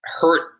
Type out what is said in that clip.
hurt